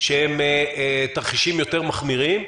שהם תרחישים שהם יותר מחמירים,